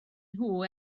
nhw